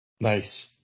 Nice